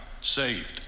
saved